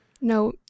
No